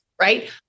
right